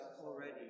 already